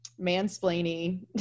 mansplaining